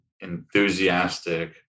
Enthusiastic